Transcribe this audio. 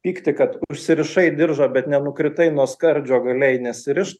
pykti kad užsirišai diržą bet nenukritai nuo skardžio galėjai nesiriš